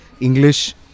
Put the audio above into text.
English